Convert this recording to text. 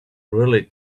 really